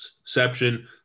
exception